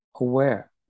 aware